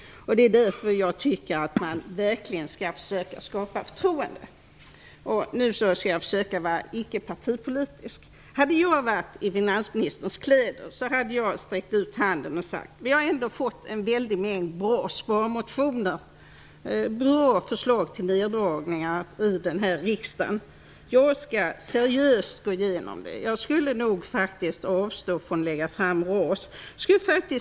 Men det är just därför som jag tycker att man verkligen skall försöka skapa ett förtroende. Jag skall försöka att icke vara partipolitisk när jag säger följande. Hade jag varit i finansministerns kläder, så hade jag sträckt ut handen och sagt: Vi har ändå fått väldigt många bra sparmotioner, bra förslag till neddragningar, här i riksdagen. Jag skall seriöst gå igenom dem. Dessutom skulle jag nog faktiskt avstå från att lägga fram RAS.